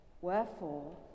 Wherefore